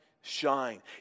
shine